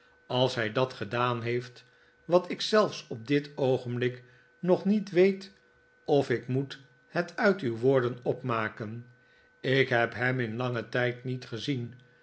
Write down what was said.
als hij dat gedaan heeft wat ik zelfs op dit oogenblik nog niet weet of ik moet het uit uw woorden opmaken ik heb hem in langen tijd niet gezien